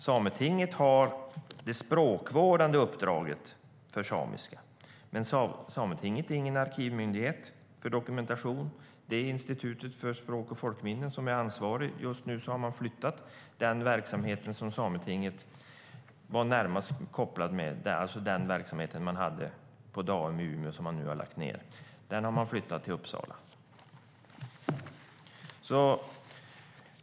Sametinget har det språkvårdande uppdraget när det gäller samiska, men sametinget är ingen arkivmyndighet som ska samla dokumentation. Det är Institutet för språk och folkminnen som är ansvarigt. Man har flyttat den verksamhet som sametinget var närmast kopplat till, alltså den verksamhet som man hade på Daum och som man har lagt ned. Verksamheten har nu flyttats till Uppsala.